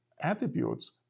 attributes